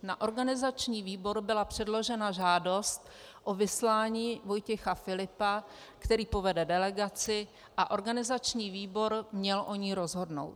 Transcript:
Na organizační výbor byla předložena žádost o vyslání Vojtěcha Filipa, který povede delegaci, a organizační výbor měl o ní rozhodnout.